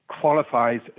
qualifies